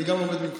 אני לומד גם ממך.